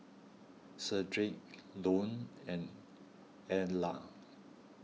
Shedrick Lone and Edla